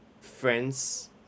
friends